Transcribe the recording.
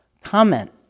comment